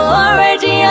already